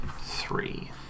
three